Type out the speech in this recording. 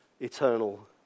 eternal